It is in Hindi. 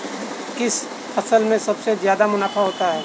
किस फसल में सबसे जादा मुनाफा होता है?